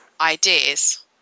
ideas